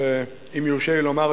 אם יורשה לי לומר,